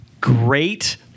Great